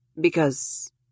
Because